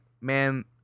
man